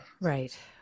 Right